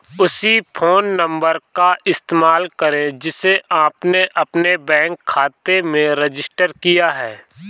उसी phone number का इस्तेमाल करें जिसे आपने अपने बैंक खाते में रजिस्टर किया है